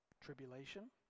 tribulation